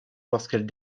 lorsqu’elle